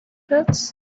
pits